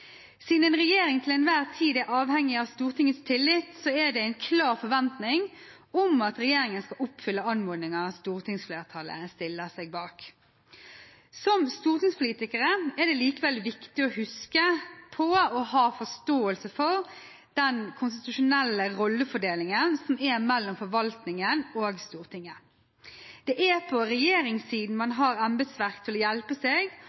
Siden en regjering til enhver tid er avhengig av Stortingets tillit, er det en klar forventning om at regjeringen skal oppfylle anmodninger stortingsflertallet stiller seg bak. Som stortingspolitikere er det likevel viktig å huske på og ha forståelse for den konstitusjonelle rollefordelingen som er mellom forvaltningen og Stortinget. Det er på regjeringssiden man har embetsverk til å hjelpe seg og embetsdyder å leve opp til, og i